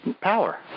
power